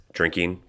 Drinking